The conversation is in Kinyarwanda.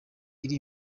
iri